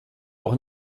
auch